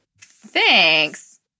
Thanks